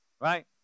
right